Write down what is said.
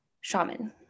shaman